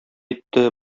итте